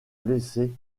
blessé